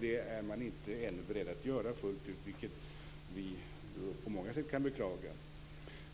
Det är man ännu inte beredd att göra fullt ut, vilket vi på många sätt kan beklaga. Så